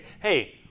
Hey